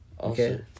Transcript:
Okay